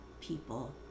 people